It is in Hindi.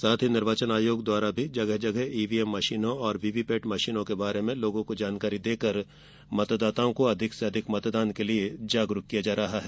साथ ही निर्वाचन आयोग द्वारा जगह जगह ईवीएम मशीनों और वीवीपेट मशीनों के बारे में लोगों को जानकारी देकर मतदाताओं को अधिक से अधिक मतदान के लिये जागरूक किया जा रहा है